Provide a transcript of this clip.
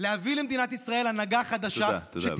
להביא למדינת ישראל הנהגה חדשה, תודה רבה.